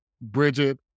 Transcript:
Bridget